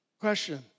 Question